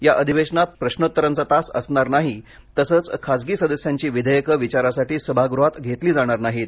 या अधिवेशनात प्रश्नोत्तरांचा तास असणार नाही तसंच खासगी सदस्यांची विधेयकं विचारासाठी सभागृहात घेतली जाणार नाहीत